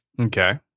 Okay